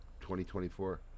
2024